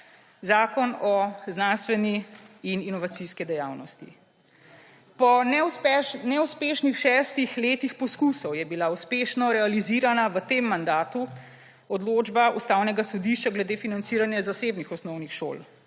Zakon o znanstvenoraziskovalni in inovacijski dejavnosti. Po neuspešnih šestih letih poskusov je bila uspešno realizirana v tem mandatu odločba Ustavnega sodišča glede financiranja zasebnih osnovnih šol.